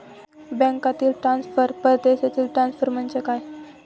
बँकांतील ट्रान्सफर, परदेशातील ट्रान्सफर म्हणजे काय?